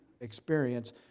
experience